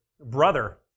brother